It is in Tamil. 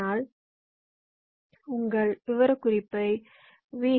இதனால் உங்கள் விவரக்குறிப்பை வி